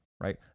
right